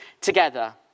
together